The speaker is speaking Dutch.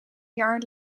jaar